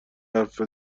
حرفی